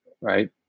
right